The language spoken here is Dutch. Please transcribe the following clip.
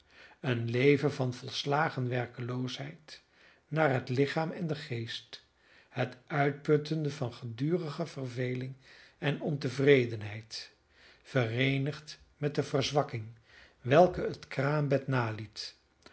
een leven van volslagen werkeloosheid naar het lichaam en den geest het uitputtende van gedurige verveling en ontevredenheid vereenigd met de verzwakking welke het kraambed naliet dat